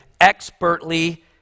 expertly